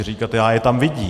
Říkat já je tam vidím.